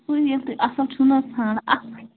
سُے ییٚلہِ تُہۍ اَصٕل چھُو نہَ حظ ژھانٛڈاں اَصٕل